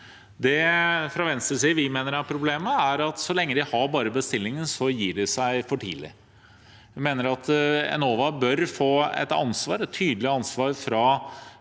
Det vi fra Venstres side mener er problemet, er at så lenge de har bare bestillingen, gir de seg for tidlig. Vi mener at Enova bør få et tydelig ansvar fra